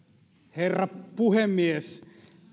herra puhemies